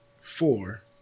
Four